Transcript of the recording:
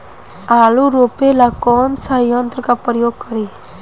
आलू रोपे ला कौन सा यंत्र का प्रयोग करी?